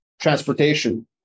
transportation